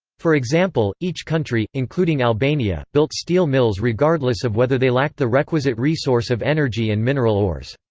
for example, each country, including albania, built steel mills regardless of whether they lacked the requisite resource of energy and mineral ores.